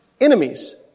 enemies